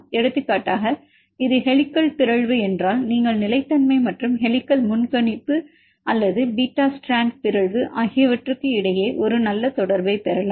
எடுத்துக்காட்டாக இது ஹெலிகல் பிறழ்வு என்றால் நீங்கள் நிலைத்தன்மை மற்றும் ஹெலிகல் முன்கணிப்பு அல்லது பீட்டா ஸ்ட்ராண்ட் பிறழ்வு ஆகியவற்றுக்கு இடையே ஒரு நல்ல தொடர்பைப் பெறலாம்